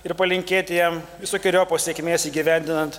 ir palinkėti jam visokeriopos sėkmės įgyvendinant